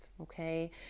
okay